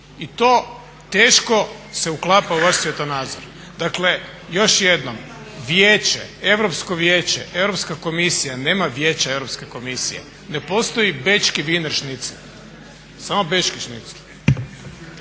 i to teško se uklapa u vaš svjetonazor. Dakle, još jednom Vijeće, Europsko vijeće, Europska komisija nema Vijeća Europske komisije. Ne postoji bečki winer šnicel, samo bečki šnicl.